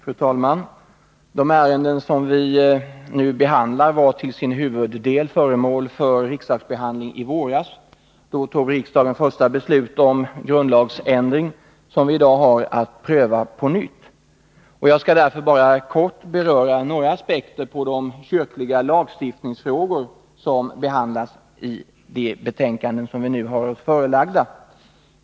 Fru talman! De ärenden som vi nu behandlar var till sin huvuddel föremål för riksdagsbehandling i våras, då riksdagen fattade det första beslutet om de grundlagsändringar som vi i dag har att pröva på nytt. Jag skall därför bara kort beröra några aspekter på de kyrkliga lagstiftningsfrågor som behandlas i de betänkanden som vi nu har oss förelagda.